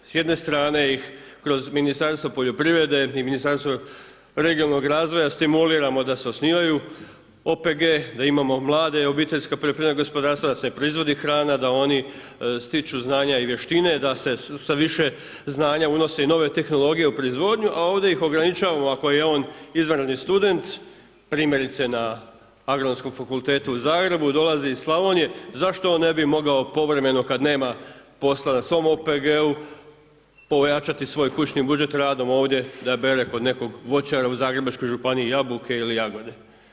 S jedne strane ih kroz Ministarstvo poljoprivrede i Ministarstvo regionalnog razvoja stimuliramo da se osnivaju OPG, da imamo mlada OPG, da se proizvodi hrana, da oni stječu znanja i vještine, da se sa više znanja unose i nove tehnologije u proizvodnju a ovdje ih ograničavamo ako je on izvanredni student primjerice na Agronomskom fakultetu u Zagrebu i dolazi iz Slavonije, zašto on ne bi mogao povremeno kada nema posla na svom OPG-u pojačati svoj kućni budžet radom ovdje da bere kod nekog voćara u Zagrebačkoj županiji jabuke ili jagode?